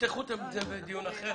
תפתחו את זה בדיון אחר,